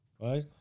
Right